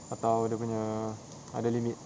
atau dia punya ada limit